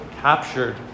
captured